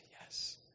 yes